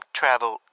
travel